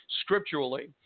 scripturally